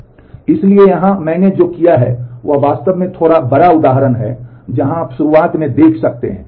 इसलिए यहां मैंने जो किया है वह वास्तव में थोड़ा बड़ा उदाहरण है जहां आप यहां शुरुआत में देख सकते हैं